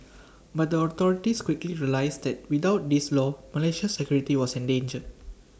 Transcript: but the authorities quickly realised that without this law Malaysia's security was endangered